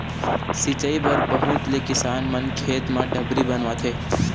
सिंचई बर बहुत ले किसान मन खेत म डबरी बनवाथे